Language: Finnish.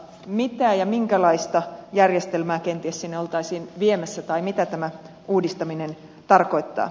mitä ja minkälaista järjestelmää kenties sinne oltaisiin viemässä tai mitä tämä uudistaminen tarkoittaa